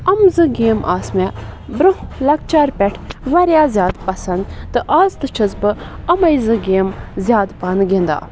یِم زٕ گیمہٕ آسہٕ مےٚ برونٛہہ لۄکچار پٮ۪ٹھ واریاہ زیادٕ پَسنٛد تہٕ آز تہِ چھس بہٕ یِمَے زٕ گیمہٕ زیادٕ پَہَن گِنٛدان